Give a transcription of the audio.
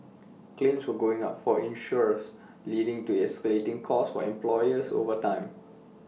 claims were going up for insurers leading to escalating costs for employers over time